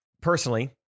personally